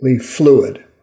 fluid